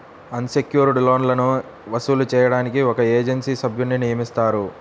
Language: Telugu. అన్ సెక్యుర్డ్ లోన్లని వసూలు చేయడానికి ఒక ఏజెన్సీ సభ్యున్ని నియమిస్తారు